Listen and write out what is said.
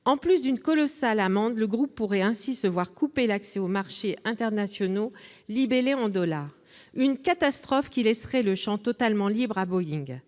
En plus d'une colossale amende, le groupe pourrait ainsi se voir couper l'accès aux marchés internationaux libellés en dollars. Il s'agirait d'une catastrophe qui laisserait le champ totalement libre à Boeing.